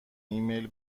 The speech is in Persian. ایمیل